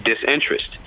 disinterest